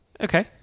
Okay